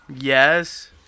Yes